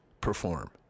perform